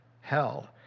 hell